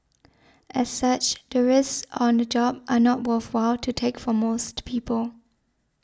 as such the risks on the job are not worthwhile to take for most people